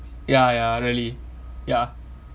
ya ya really ya